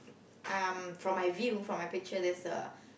um from my view from my picture there's a